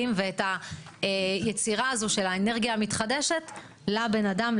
ואת היצירה הזו של האנרגיה המתחדשת לבן אדם,